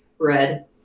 Red